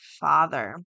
father